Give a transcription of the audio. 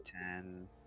ten